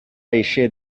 eixir